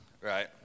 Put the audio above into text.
right